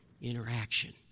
interaction